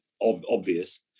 obvious